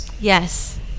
Yes